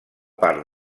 part